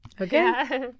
okay